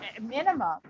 minimum